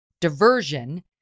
diversion